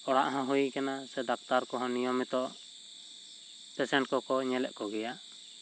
ᱚᱲᱟᱜ ᱦᱚᱸ ᱦᱩᱭ ᱠᱟᱱᱟ ᱥᱮ ᱰᱟᱠᱴᱟᱨ ᱠᱚᱦᱚᱸ ᱱᱤᱭᱚᱢᱤᱛᱚ ᱯᱮᱥᱮᱱᱴ ᱠᱚᱠᱚ ᱧᱮᱞᱮᱫ ᱠᱚ ᱜᱮᱭᱟ